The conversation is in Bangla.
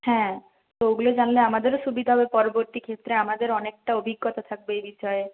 হ্যাঁ তো ওগুলো জানলে আমাদেরও সুবিধা হবে পরবর্তী ক্ষেত্রে আমাদের অনেকটা অভিজ্ঞতা থাকবে এই বিষয়ে